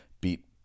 beat